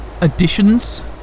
additions